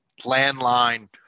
landline